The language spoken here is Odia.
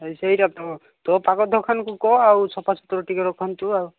ସେଇଟା ତ ତୋ ପାଖ ଦୋକାନକୁ କହ ଆଉ ସଫା ସୁତୁରା ଟିକେ ରଖନ୍ତୁ ଆଉ